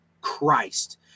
christ